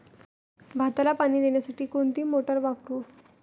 भाताला पाणी देण्यासाठी कोणती मोटार वापरू?